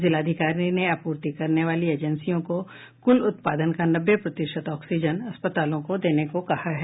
जिलाधिकारी ने आपूर्ति करने वाली एजेंसियों को कुल उत्पादन का नब्बे प्रतिशत ऑक्सीजन अस्पतालों को देने को कहा है